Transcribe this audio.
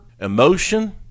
emotion